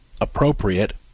appropriate